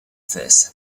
this